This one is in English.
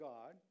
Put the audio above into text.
God